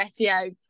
SEO